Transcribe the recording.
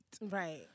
Right